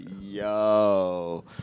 yo